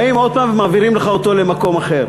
באים עוד פעם ומעבירים לך למקום אחר.